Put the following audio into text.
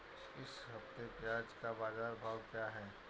इस हफ्ते प्याज़ का बाज़ार भाव क्या है?